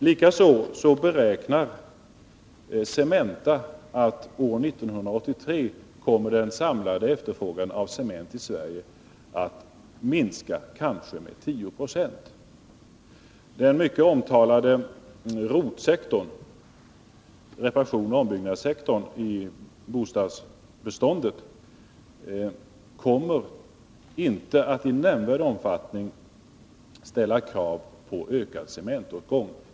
Likaså beräknar Cementa att år 1983 kommer den samlade efterfrågan av cement i Sverige att minska, kanske med 10 9. Den mycket omtalade rot-sektorn — reparationsoch ombyggnadssektorn — i bostadsbeståndet kommer inte att i nämnvärd omfattning ställa krav på ökad cementåtgång.